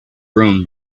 broom